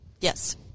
Yes